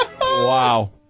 Wow